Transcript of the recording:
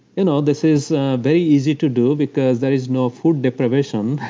you know this is very easy to do, because there is no food deprivation.